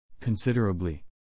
Considerably